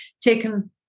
taken